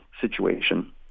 situation